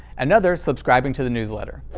another subscribing to the newsletter.